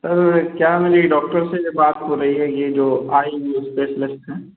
sir क्या मेरी doctor से यह बात हो रही है यह जो आई इस्पेशलिस्ट हैं